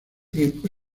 tiempo